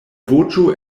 voĉo